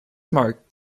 marks